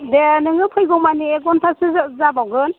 दे नोङो फैगौमानि एक घन्टासो जा जाबावगोन